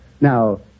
Now